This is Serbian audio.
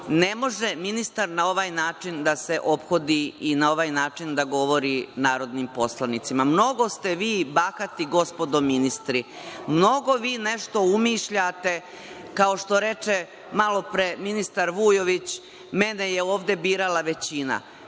Ne može ministar na ovaj način da se ophodi i na ovaj način da govori narodnim poslanicima. Mnogo ste vi bahati gospodo ministri. Mnogo vi nešto umišljate. Kao što reče malopre ministar Vujović – mene je ovde birala većina.